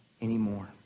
anymore